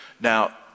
Now